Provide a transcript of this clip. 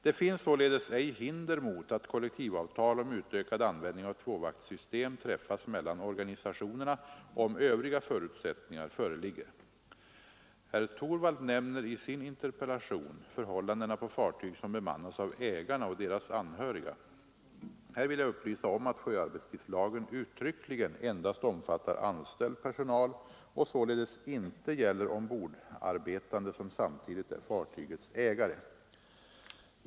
Det finns således ej hinder mot att kollektivavtal om utökad användning av tvåvaktssystem träffas mellan organisationerna, om övriga förutsättningar föreligger. Herr Torwald nämner i sin interpellation förhållandena på fartyg som bemannas av ägarna och deras anhöriga. Här vill jag upplysa om att sjöarbetstidslagen uttryckligen endast omfattar anställd personal och således inte gäller ombordarbetande som samtidigt är fartygets ägare.